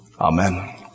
Amen